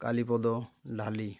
କାଲିପଦ ଲାଲି